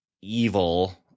evil